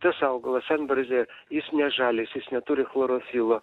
tas augalas antbarzdė jis ne žalias jis neturi chlorofilo